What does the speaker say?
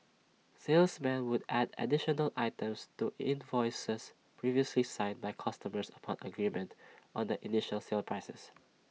salesmen would add additional items to invoices previously signed by customers upon agreement on the initial sale prices